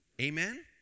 Amen